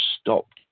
stopped